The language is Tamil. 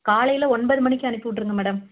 காலையில் ஒன்பது மணிக்கு அனுப்பிவிட்ருங்க மேடம்